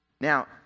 Now